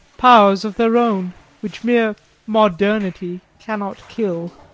powers of their own which mere modernity cannot kill.